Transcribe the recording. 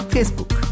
Facebook